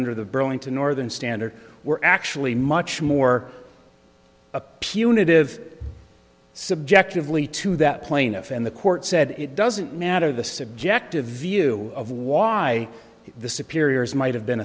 under the burlington northern standard were actually much more a punitive subjectively to that plaintiff and the court said it doesn't matter the subjective view of why the superiors might have been